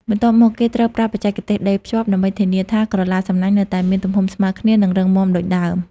បន្ទាប់មកគេត្រូវប្រើបច្ចេកទេសដេរភ្ជាប់ ដើម្បីធានាថាក្រឡាសំណាញ់នៅតែមានទំហំស្មើគ្នា និងរឹងមាំដូចដើម។